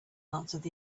answered